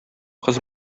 кыз